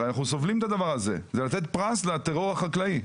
הרי אנחנו סובלים את הדבר הזה זה לתת פרס לטרור החקלאי,